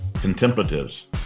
contemplatives